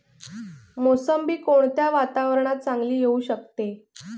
मोसंबी कोणत्या वातावरणात चांगली येऊ शकते?